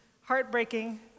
heartbreaking